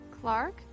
Clark